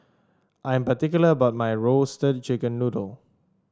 I'm particular about my Roasted Chicken Noodle